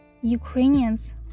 Ukrainians